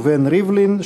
ראובן ריבלין,